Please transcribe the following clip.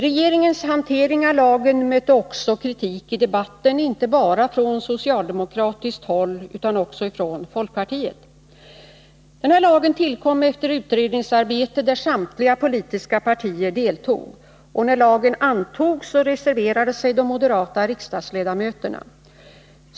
Regeringens hantering av lagen mötte i debatten kritik inte bara från socialdemokratiskt håll utan också från folkpartiet. Den här lagen tillkom efter ett utredningsarbete där samtliga politiska partier deltog. När lagen antogs reserverade sig de moderata riksdagsledamöterna.